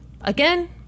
Again